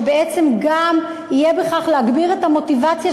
ובעצם יהיה בכך להגביר את המוטיבציה